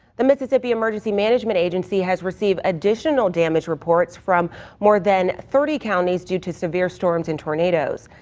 the mississippi emergency management agency has received additional damage reports from more than thirty counties due to severe storms and tornadoes.